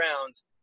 rounds